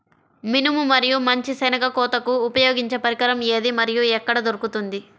మినుము మరియు మంచి శెనగ కోతకు ఉపయోగించే పరికరం ఏది మరియు ఎక్కడ దొరుకుతుంది?